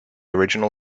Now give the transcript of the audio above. original